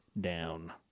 down